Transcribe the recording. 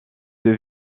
deux